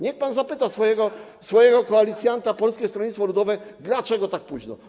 Niech pan zapyta swojego koalicjanta, Polskie Stronnictwo Ludowe, dlaczego tak późno.